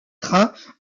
trains